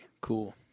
Cool